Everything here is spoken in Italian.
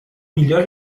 miglior